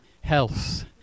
health